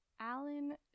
Alan